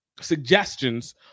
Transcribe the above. suggestions